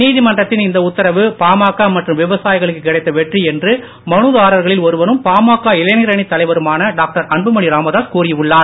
நீதிமன்றத்தின் இந்த உத்தரவு பாமக மற்றும் விவசாயிகளுக்கு கிடைத்த வெற்றி என்று மனுதாரர்களில் ஒருவரும் பாமக இளைஞாணித் தலைவருமான டாக்டர் அன்புமணி ராமதாஸ் கூறி உள்ளார்